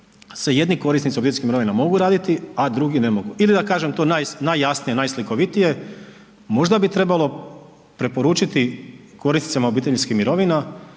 jer jedni korisnici obiteljskih mirovina mogu raditi, a drugi ne mogu ili da kažem to najjasnije, najslikovitije, možda bi trebalo preporučiti korisnicima obiteljskih mirovina